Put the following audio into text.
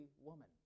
woman